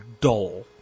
dull